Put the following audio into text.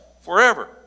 forever